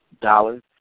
Dollars